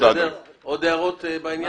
סיימנו את ההקראה.